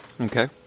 Okay